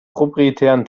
proprietären